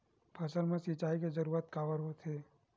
फसल मा सिंचाई के जरूरत काबर होथे?